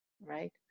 right